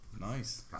nice